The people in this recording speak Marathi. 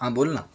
हां बोल ना